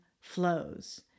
flows